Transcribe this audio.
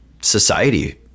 society